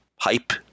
hype